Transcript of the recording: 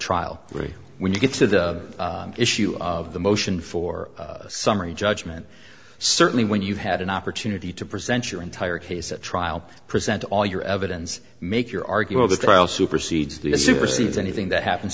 trial really when you get to the issue of the motion for summary judgment certainly when you had an opportunity to present your entire case at trial present all your evidence make your argument the trial supersedes the supersedes anything that happens